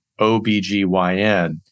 OBGYN